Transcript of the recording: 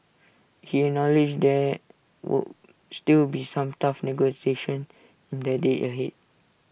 he acknowledged there would still be some tough negotiations in the days ahead